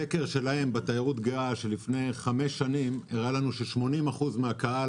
בסקר שלהם בתיירות הגאה לפני חמש שנים הראה ש-80% מהקהל